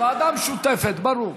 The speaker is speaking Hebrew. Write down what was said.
הוועדה המשותפת, ברור.